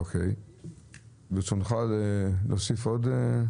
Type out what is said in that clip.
ברצונך להוסיף עוד משהו?